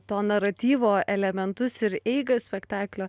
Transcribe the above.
to naratyvo elementus ir eigą spektaklio